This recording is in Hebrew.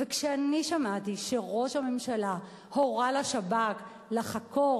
וכשאני שמעתי שראש הממשלה הורה לשב"כ לחקור